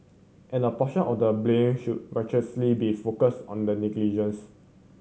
and a portion of the blame should be focused on the negligence